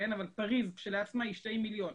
אבל פריז כשלעצמה היא שני מיליון,